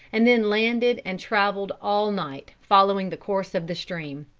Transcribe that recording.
and then landed and traveled all night, following the course of the stream.